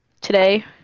Today